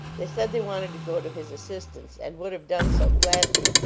they said they wanted to go to his assistance, and would have done so, gladly,